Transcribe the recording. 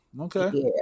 Okay